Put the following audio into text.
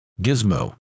Gizmo